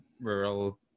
rural